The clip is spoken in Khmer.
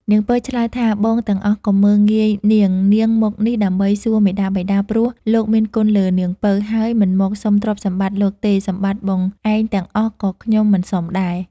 នាងពៅឆ្លើយថាបងទាំងអស់កុំមើលងាយនាងៗមកនេះដើម្បីសួរមាតាបិតា ព្រោះលោកមានគុណលើនាងពៅ ហើយមិនមកសុំទ្រព្យសម្បត្តិលោកទេសម្បត្តិបងឯងទាំងអស់ក៏ខ្ញុំមិនសុំដែរ។